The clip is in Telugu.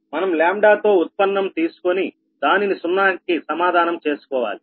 మనం λ తో ఉత్పన్నం తీసుకొని దానిని సున్నాకి సమానం చేసుకోవాలి